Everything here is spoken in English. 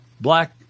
black